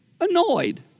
Annoyed